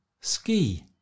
ski